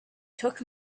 took